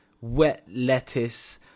wet-lettuce-